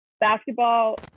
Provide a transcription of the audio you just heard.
basketball